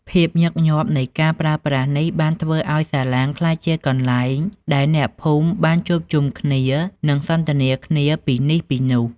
ភាពញឹកញាប់នៃការប្រើប្រាស់នេះបានធ្វើឱ្យសាឡាងក្លាយជាកន្លែងដែលអ្នកភូមិបានជួបជុំគ្នានិងសន្ទនាគ្នាពីនេះពីនោះ។